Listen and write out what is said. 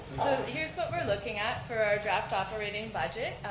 so, here's what we're looking at for our draft operating budget,